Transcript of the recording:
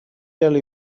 tell